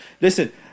Listen